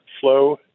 flow